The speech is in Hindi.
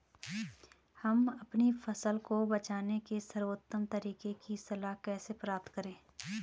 हम अपनी फसल को बचाने के सर्वोत्तम तरीके की सलाह कैसे प्राप्त करें?